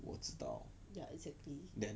ya exactly